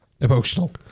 emotional